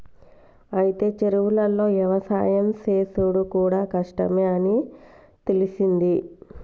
అయితే చెరువులో యవసాయం సేసుడు కూడా కష్టమే అని తెలిసింది